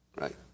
right